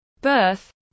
birth